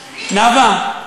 נאוה,